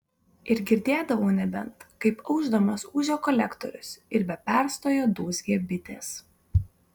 ir girdėdavau nebent kaip aušdamas ūžia kolektorius ir be perstojo dūzgia bitės